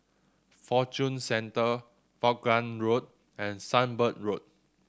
Fortune Centre Vaughan Road and Sunbird Road